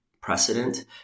precedent